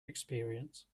experience